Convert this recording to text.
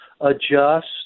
adjust